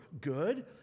good